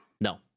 No